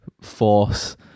force